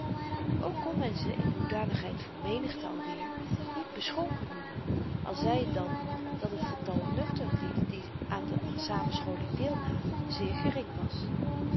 ook kon men ze in hoedanigheid van menigte alweer niet beschonken noemen al zy t dan dat het getal nuchtere lieden die aan de samenscholing deelnamen zeer gering was